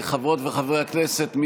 חברות וחברי הכנסת,